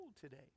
today